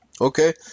okay